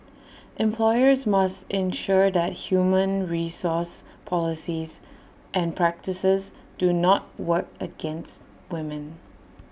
employers must ensure that human resource policies and practices do not work against women